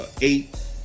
eight